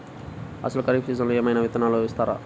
అసలు ఖరీఫ్ సీజన్లో ఏమయినా విత్తనాలు ఇస్తారా?